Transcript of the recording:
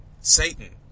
Satan